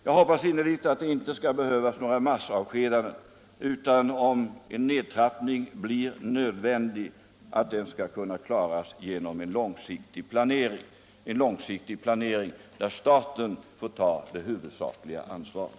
Jag hoppas innerligt att det inte skall behövas några massavskedanden, utan att en nedtrappning, om den blir nödvändig, skall kunna klaras genom en långsiktig planering där staten får ta det huvudsakliga ansvaret.